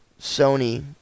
Sony